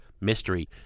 mystery